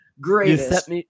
Greatest